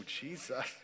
Jesus